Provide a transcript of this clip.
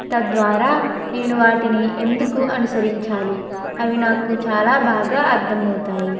తద్వారా నేను వాటిని ఎందుకు అనుసరించాలి అవి నాకు చాలా బాగా అర్థం అవుతాయి